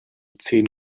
zehn